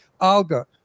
Alga